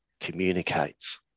communicates